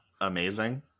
amazing